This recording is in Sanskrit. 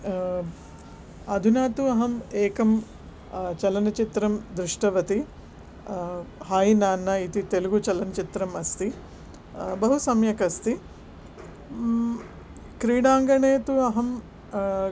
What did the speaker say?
अधुना तु अहं एकं चलनचित्रं दृष्टवति हाय् नान्ना इति तेलुगु चलनचित्रं अस्ति बहु सम्यक् अस्ति क्रीडाङ्गणे तु अहं